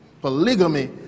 Polygamy